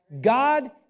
God